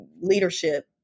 leadership